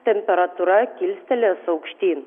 temperatūra kilstelės aukštyn